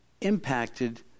impacted